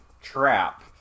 trap